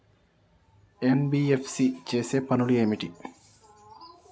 NBFC చేసే పనులు ఏమిటి?